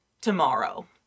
tomorrow